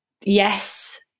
yes